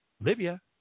Libya